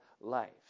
life